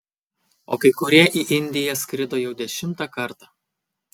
o kai kurie į indiją skrido jau dešimtą kartą